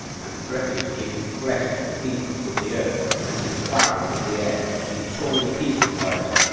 and threatened to give his flesh to the beasts of the earth, and to the fowls of the air, to be torn in pieces by them.